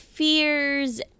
fears